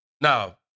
Now